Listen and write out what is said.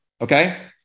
Okay